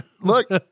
look